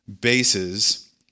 bases